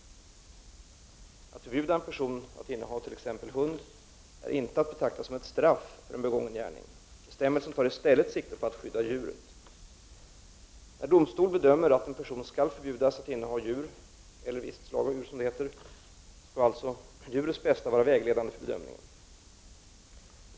Att förbjuda en person att inneha t.ex. hund är inte att betrakta som ett straff för en begången gärning. Bestämmelsen tar i stället sikte på att skydda djuret. När domstol bedömer att en person skall förbjudas att inneha djur, eller visst slag av djur, skall således djurets bästa vara vägledande för bedömningen.